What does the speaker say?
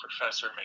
Professor